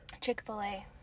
Chick-fil-A